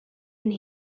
and